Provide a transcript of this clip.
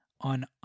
On